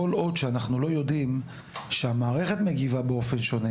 כל עוד אנחנו לא יודעים שהמערכת מגיבה באופן שונה